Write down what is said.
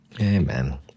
Amen